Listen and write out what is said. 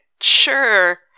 Sure